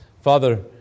Father